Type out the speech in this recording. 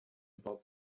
about